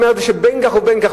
שבין כך ובין כך,